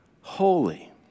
holy